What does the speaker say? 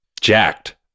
jacked